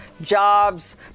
jobs